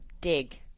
dig